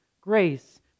Grace